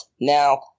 Now